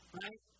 right